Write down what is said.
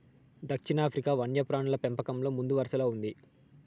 దక్షిణాఫ్రికా వన్యప్రాణుల పెంపకంలో ముందువరసలో ఉంది